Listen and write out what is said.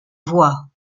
voies